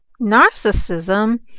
narcissism